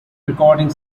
recording